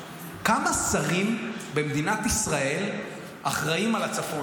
כמה שרים במדינת ישראל אחראים לצפון?